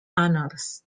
honours